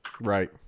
right